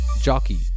Jockey